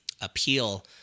appeal